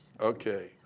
Okay